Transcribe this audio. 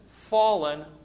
fallen